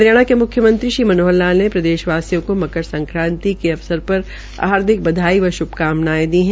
हरियाणा के मुख्यमंत्री श्री मनोहर लाल ने प्रदेशवासियों को मकर संक्रांति के पर हार्दिक बधाई व श्भकामनाएं दी है